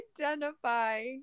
identify